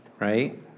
right